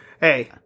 Hey